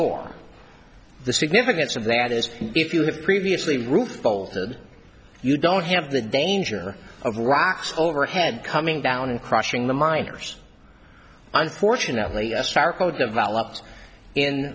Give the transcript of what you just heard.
your the significance of that is if you have previously roof folded you don't have the danger of rocks overhead coming down and crushing the miners unfortunately